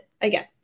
again